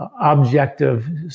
objective